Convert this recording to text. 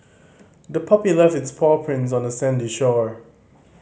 the puppy left its paw prints on the sandy shore